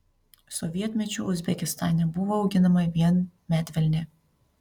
sovietmečiu uzbekistane buvo auginama vien medvilnė